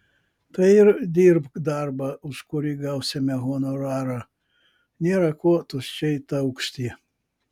tai ir dirbk darbą už kurį gausime honorarą nėra ko tuščiai taukšti